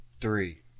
three